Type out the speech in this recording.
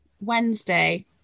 Wednesday